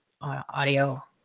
audio